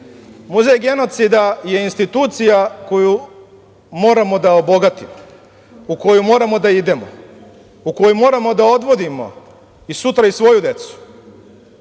Muzej genocida je institucija koju moramo da obogatimo, u koju moramo da idemo, u koju moramo da odvodimo i sutra i svoju decu